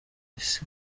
isi